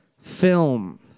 film